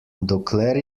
dokler